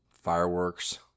fireworks